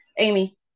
amy